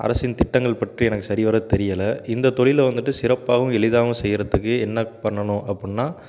அரசின் திட்டங்கள் பற்றி எனக்கு சரிவர தெரியலை இந்தத் தொழிலில் வந்துவிட்டு சிறப்பாகவும் எளிதாகவும் செய்கிறதுக்கு என்ன பண்ணணும் அப்புடினா